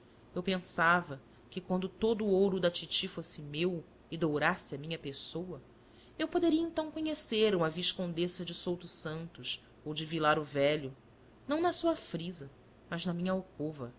eu pensava que quando todo o ouro da titi fosse meu e dourasse a minha pessoa eu poderia então conhecer uma viscondessa de souto santos ou de vilar o velho não na sua frisa mas na minha alcova